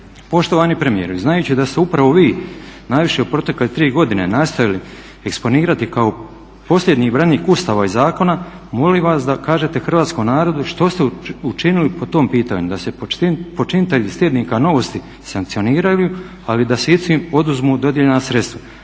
Poštovani premijeru, znajući da ste upravo vi najviše u protekle tri godine nastojali eksponirati kao posljednji branik Ustava i zakona molim vas da kažete hrvatskom narodu što ste učinili po tom pitanju? Da se počinitelji iz tjednika Novosti sankcionirali, ali da se istim oduzmu dodijeljena sredstava,